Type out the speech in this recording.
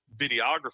videography